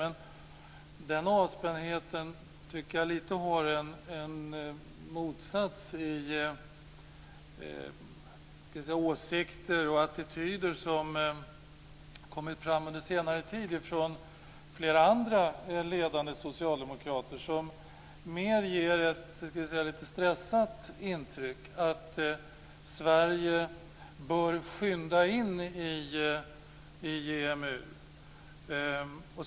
Jag tycker dock att den avspändheten motsägs lite av åsikter och attityder som under senare tid kommit fram från flera andra ledande socialdemokrater, vilka ger ett lite stressat intryck att Sverige bör skynda in i EMU.